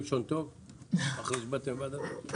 לישון טוב אחרי שבאתן מוועדת חוץ וביטחון?